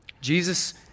Jesus